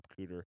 Cooter